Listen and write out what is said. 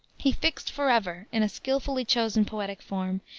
he fixed forever, in a skillfully chosen poetic form,